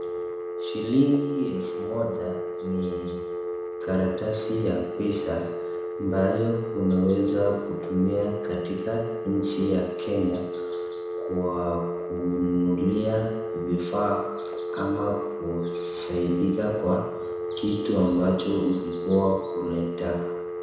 Shilingi elfu moja ni karatasi ya pesa ambayo unaweza kutumia katika nchi ya Kenya kuwa kununulia vifaa ama kusaidika kwa kitu ambacho ulikuwa unaitaka.